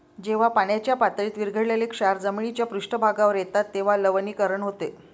जेव्हा पाण्याच्या पातळीत विरघळलेले क्षार जमिनीच्या पृष्ठभागावर येतात तेव्हा लवणीकरण होते